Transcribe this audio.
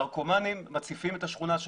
נרקומנים מציפים את השכונה שלנו.